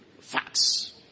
facts